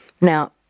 Now